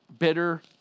Bitter